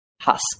husk